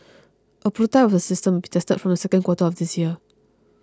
a prototype of the system will be tested from the second quarter of this year